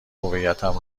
هویتم